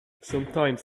sometimes